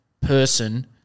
person